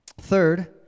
Third